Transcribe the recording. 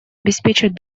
обеспечить